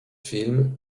film